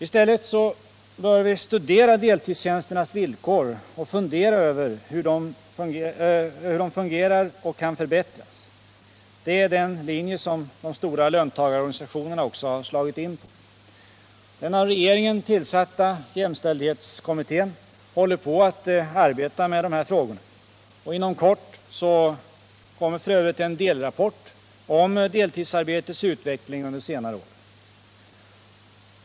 I stället bör vi studera deltidstjänsternas villkor och fundera över hur de fungerar och kan förbättras. Det är den linje som de stora löntagarorganisationerna också har slagit in på. Den av regeringen tillsatta jämställdhetskommittén håller på att arbeta med de här frågorna. Inom kort kommer f.ö. en delrapport om deltidsarbetets utveckling under senare år.